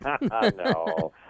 No